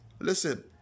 Listen